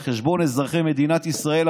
על חשבון אזרחי מדינת ישראל.